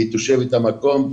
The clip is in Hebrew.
היא תושבת המקום,